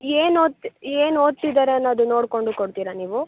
ಏನು ಓದ್ತಾ ಏನು ಓದ್ತಿದ್ದಾರೆ ಅನ್ನೋದು ನೋಡಿಕೊಂಡು ಕೊಡ್ತೀರಾ ನೀವು